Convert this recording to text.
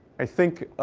i think